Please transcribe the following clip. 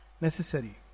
necessary